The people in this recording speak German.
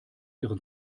ihren